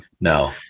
no